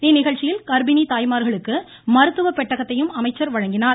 இந்நிகழ்ச்சியில் கர்ப்பிணி தாய்மார்களுக்கு மருத்துவ பெட்டகத்தையும் அமைச்சர் வழங்கினார்